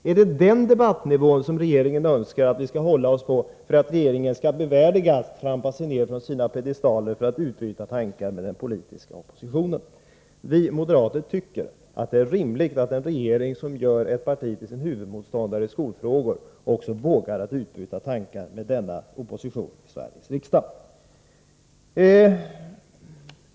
Vilken debattnivå kräver regeringen av oss för att den skall värdigas stiga ned från sina piedestaler för att utbyta tankar med den politiska oppositionen? Vi moderater tycker att det är rimligt att en regering som gör ett parti till sin huvudmotståndare i skolfrågor också vågar utbyta tankar med denna opposition i Sveriges riksdag.